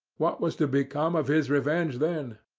what was to become of his revenge then?